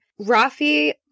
Rafi